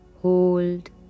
Hold